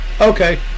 Okay